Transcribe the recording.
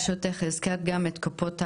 ברשותך, הזכרת גם את קופות החולים,